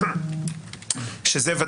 וזה גם כתוב בדוח של הצוות.